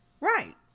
Right